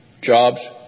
jobs